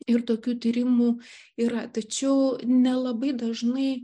ir tokių tyrimų yra tačiau nelabai dažnai